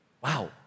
Wow